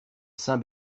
saint